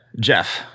Jeff